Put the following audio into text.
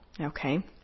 okay